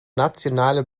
nationale